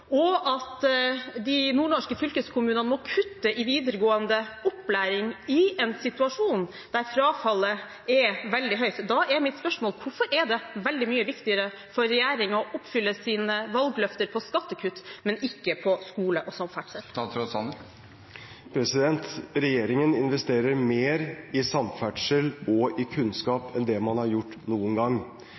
og at de nordnorske fylkeskommunene må kutte i videregående opplæring i en situasjon der frafallet er veldig høyt, er mitt spørsmål: Hvorfor er det veldig mye viktigere for regjeringen å oppfylle sine valgløfter på skattekutt enn på skole og samferdsel? Regjeringen investerer mer i samferdsel og i kunnskap enn det man har gjort noen gang.